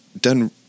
done